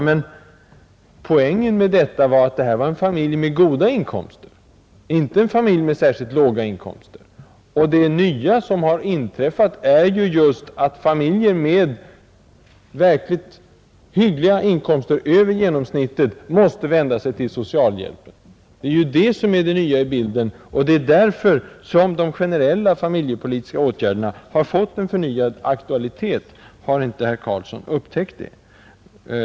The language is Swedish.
Men poängen med detta exempel var ju att det rörde sig om en familj med goda inkomster — inte om en familj med särskilt låga inkomster. Och det nya som inträffat är just att familjer med hyggliga inkomster — inkomster över genomsnittet — måste begära socialhjälp. Det är därför som de generella familjepolitiska åtgärderna har fått en förnyad aktualitet. Har inte herr Karlsson upptäckt det?